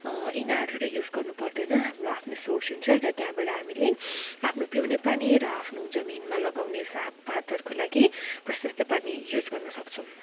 इनारहरू use गर्नु पर्दैन हाम्रो आफ्नै सोर्स हुन्छ त्यहाँबाट हामीले आफ्नो पिउने पानी र आफ्नो जमिनमा लगाउने सागपातहरूको लागि प्रशस्त पानी युज गर्न सक्छौँ